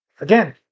Again